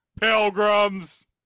Pilgrims